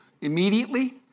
Immediately